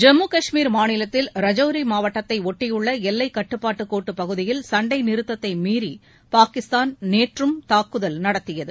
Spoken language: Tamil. ஜம்மு கஷ்மீர் மாநிலத்தில் ரஜோரி மாவட்டத்தை ஒட்டியுள்ள எல்லைக் கட்டுப்பாட்டு கோட்டுப் பகுதியில் சண்டை நிறுத்தத்தை மீறி பாகிஸ்தான் நேற்றும் தாக்குதல் நடத்தியது